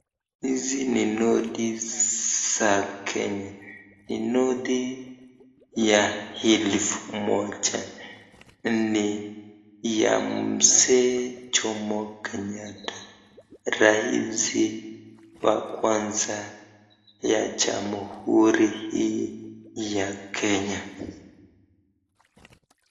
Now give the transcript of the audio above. Hizi ni noti za Kenya, ni noti ya elfu moja ni ya mzee Jomo Kenyatta rais wa kwanza ya jamhuri hii ya Kenya.